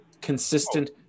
consistent